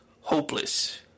hopeless